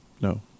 No